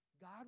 God